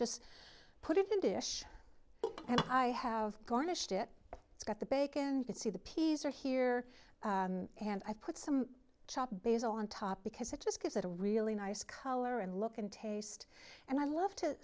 just put it in dish and i have gone to shit it's got the bacon can see the peas are here and i put some chopped bezel on top because it just gives it a really nice color and look and taste and i love to